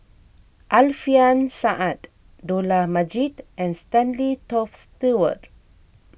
Alfian Sa'At Dollah Majid and Stanley Toft Stewart